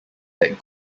that